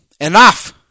Enough